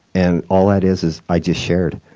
and all that is, is i just shared.